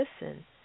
listen